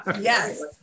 Yes